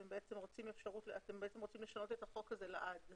אתם רוצים לשנות את החוק הזה לעד.